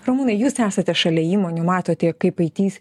rumunai jūs esate šalia įmonių matote kaip aitys